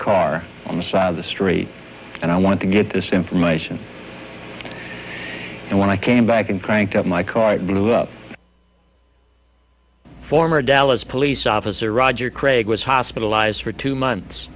car on the side of the street and i want to get this information and when i came back and cranked up my current former dallas police officer roger craig was hospitalized for two months